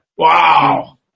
Wow